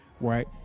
Right